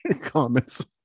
comments